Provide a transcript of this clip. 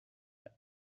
and